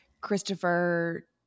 Christopher